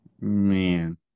man